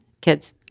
Kids